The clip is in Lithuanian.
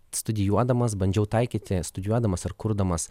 studijuodamas bandžiau taikyti studijuodamas ar kurdamas